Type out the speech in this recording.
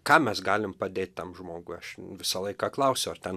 ką mes galim padėt tam žmogui aš visą laiką klausiu ar ten